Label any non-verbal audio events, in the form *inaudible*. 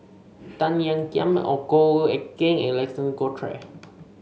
Tan Ean Kiam *unintelligible* Goh Eck Kheng and Alexander Guthrie